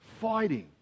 fighting